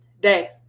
day